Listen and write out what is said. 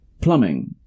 plumbing